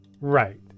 Right